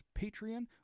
Patreon